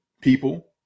people